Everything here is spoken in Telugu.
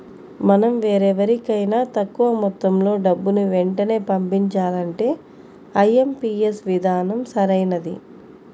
మనం వేరెవరికైనా తక్కువ మొత్తంలో డబ్బుని వెంటనే పంపించాలంటే ఐ.ఎం.పీ.యస్ విధానం సరైనది